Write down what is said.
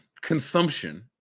consumption